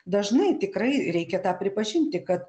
dažnai tikrai reikia tą pripažinti kad